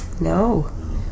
No